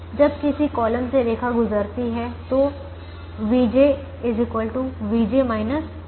और जब किसी कॉलम से रेखा गुजरती है तो vj vj θ